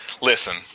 Listen